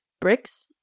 bricks